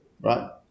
right